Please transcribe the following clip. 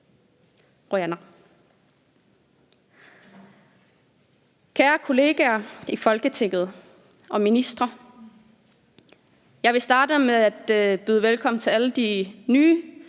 Kl. 15:51 Kære kollegaer i Folketinget og ministre. Jeg vil starte med at byde velkommen til alle de nye